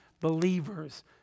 believers